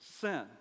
sin